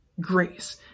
grace